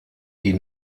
die